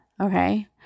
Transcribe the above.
Okay